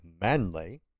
manly